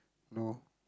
no